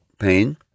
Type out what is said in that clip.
pain